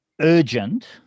urgent